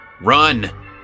RUN